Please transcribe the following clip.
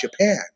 Japan